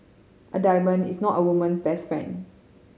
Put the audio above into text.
a diamond is not a woman's best friend